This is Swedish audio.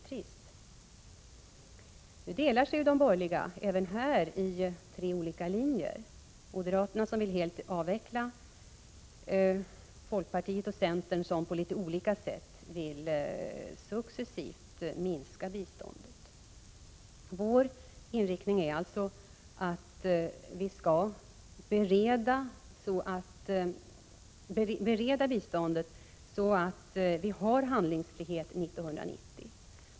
Även här delar sig de borgerliga i tre olika linjer: moderaterna vill helt avveckla och folkpartiet och centern vill på litet olika sätt successivt minska biståndet. Vår inriktning är alltså att bereda biståndet så att vi har handlingsfrihet 1990.